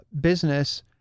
business